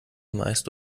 meist